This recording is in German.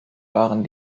waren